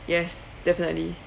yes definitely